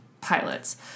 pilots